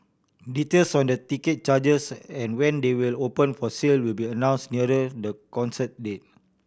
details on the ticket charges and when they will open for sale will be announced nearer the concert date